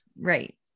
Right